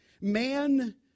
Man